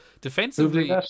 Defensively